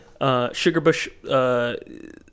Sugarbush